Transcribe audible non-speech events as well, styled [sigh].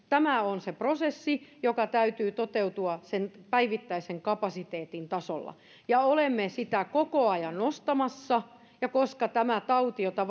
[unintelligible] tämä on se prosessi jonka täytyy toteutua sen päivittäisen kapasiteetin tasolla ja olemme sitä koko ajan nostamassa ja koska tämä tauti jota [unintelligible]